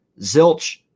zilch